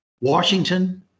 Washington